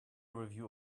review